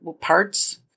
parts